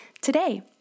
today